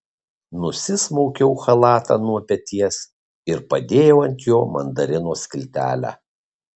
nusismaukiau chalatą nuo peties ir padėjau ant jo mandarino skiltelę